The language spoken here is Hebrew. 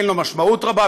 אין לו משמעות רבה,